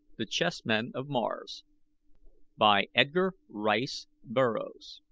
the chessmen of mars by edgar rice burroughs